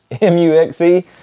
M-U-X-E